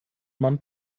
man